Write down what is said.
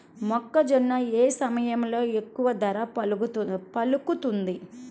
మొక్కజొన్న ఏ సమయంలో ఎక్కువ ధర పలుకుతుంది?